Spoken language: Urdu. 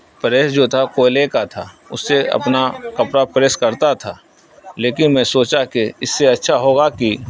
پریس جو تھا کوئلے کا تھا اس سے اپنا کپڑا پریس کرتا تھا لیکن میں سوچا کہ اس سے اچھا ہوگا کہ